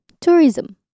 tourism